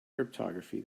cryptography